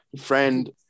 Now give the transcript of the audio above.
friend